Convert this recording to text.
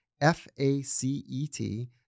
F-A-C-E-T